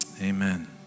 Amen